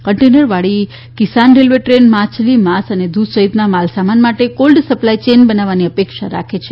કન્ટેનરવાળી Kisan railway train માછલી માંસ અને દૂધ સહિતના માલસામાન માટે કોલ્ડ સપ્લાય ચેઇન બનાવવાની અપેક્ષા રાખે છે